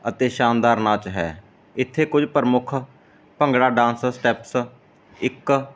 ਅਤੇ ਸ਼ਾਨਦਾਰ ਨਾਚ ਹੈ ਇੱਥੇ ਕੁਝ ਪ੍ਰਮੁੱਖ ਭੰਗੜਾ ਡਾਂਸ ਸਟੈਪਸ ਇੱਕ